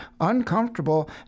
uncomfortable